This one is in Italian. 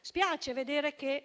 Spiace vedere che